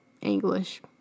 English